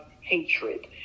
hatred